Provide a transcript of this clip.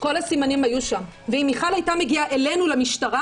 שכל הסימנים היו שם ואם מיכל הייתה מגיעה אלינו למשטרה,